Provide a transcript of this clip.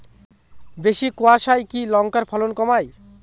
বেশি কোয়াশায় কি লঙ্কার ফলন কমায়?